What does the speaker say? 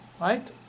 right